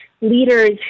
leaders